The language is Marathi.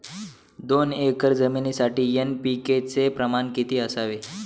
दोन एकर जमिनीसाठी एन.पी.के चे प्रमाण किती असावे?